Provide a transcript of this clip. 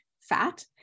fat